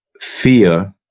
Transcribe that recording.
fear